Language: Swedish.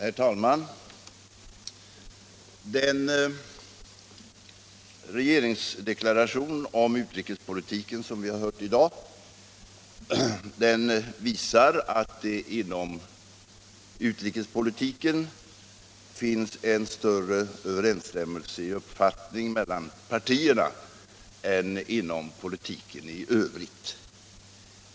Herr talman! Den regeringsdeklaration om utrikespolitiken som vi har hört i dag visar att det inom utrikespolitiken finns en större överensstämmelse i uppfattningen mellan partierna än inom politiken i övrigt.